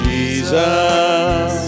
Jesus